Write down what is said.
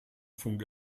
funk